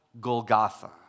Golgotha